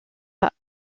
pas